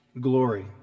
glory